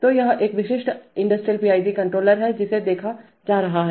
तो यह एक विशिष्ट इंडस्ट्रियल PID कोंट्रॉल्लेर है जिसे देखा जा रहा है